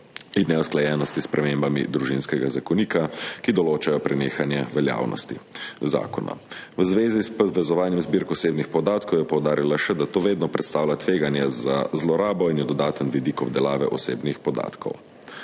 na neusklajenosti s spremembami Družinskega zakonika, ki določajo prenehanje veljavnosti zakona. V zvezi s povezovanjem zbirk osebnih podatkov je poudarila še, da to vedno predstavlja tveganje za zlorabo in je dodaten vidik obdelave osebnih podatkov.